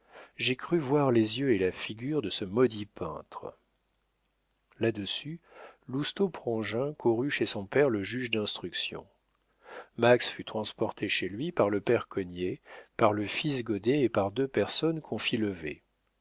j'ai cru voir les yeux et la figure de ce maudit peintre là-dessus lousteau prangin courut chez son père le juge d'instruction max fut transporté chez lui par le père cognet par le fils goddet et par deux personnes qu'on fit lever